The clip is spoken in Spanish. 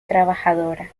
trabajadora